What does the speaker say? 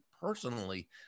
personally